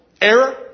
error